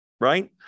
right